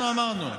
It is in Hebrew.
אנחנו אמרנו.